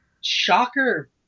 Shocker